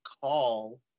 call